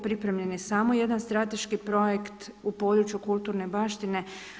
Pripremljen je samo jedan strateški projekt u području kulturne baštine.